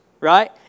right